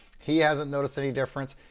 he hasn't noticed any difference.